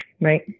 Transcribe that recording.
right